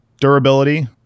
Durability